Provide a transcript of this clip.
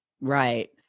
Right